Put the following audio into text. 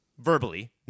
verbally